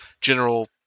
general